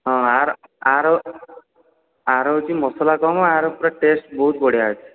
ହଁ ଆର ଆର ଆର ହେଉଛି ମସଲା କମ ଆର ପୁରା ଟେଷ୍ଟ ବହୁତ ବଢ଼ିଆ ଅଛି